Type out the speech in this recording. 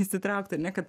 įsitraukti ar ne kad